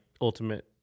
ultimate